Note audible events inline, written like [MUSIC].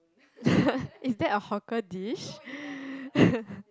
[LAUGHS] is that a hawker dish [LAUGHS]